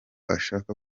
ashaka